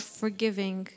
forgiving